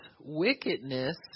wickedness